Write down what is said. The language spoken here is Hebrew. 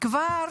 כבר